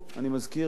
אני מזכיר,